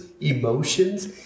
emotions